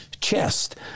chest